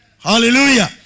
Hallelujah